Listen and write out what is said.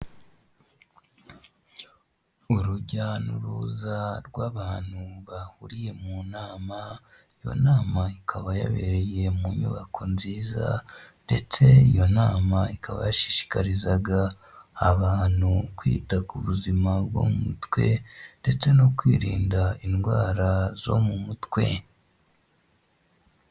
Urujya n'uruza rw'abantu bahuriye mu nama, iyo nama ikaba yabereye mu nyubako nziza, ndetse iyo nama ikaba yashishikarizaga abantu kwita ku buzima bwo mu mutwe, ndetse no kwirinda indwara zo mu mutwe.